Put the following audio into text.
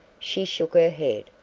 she shook her head.